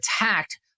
attacked